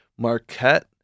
Marquette